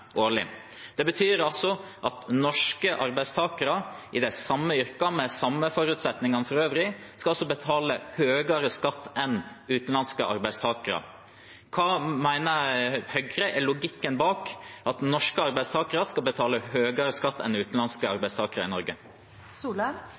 årlig. Det betyr altså at norske arbeidstakere i de samme yrkene med de samme forutsetningene for øvrig skal betale høyere skatt enn utenlandske arbeidstakere. Hva mener Høyre er logikken bak at norske arbeidstakere skal betale høyere skatt enn utenlandske